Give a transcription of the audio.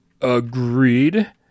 Agreed